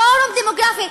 פורום דמוגרפי,